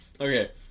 okay